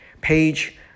page